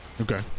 Okay